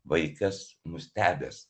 vaikas nustebęs